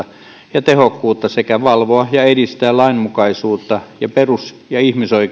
ja tehokkuutta sekä valvoa ja edistää lainmukaisuutta ja perus ja ihmisoikeuksien noudattamista tiedustelutoiminnassa